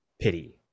pity